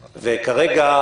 כרגע,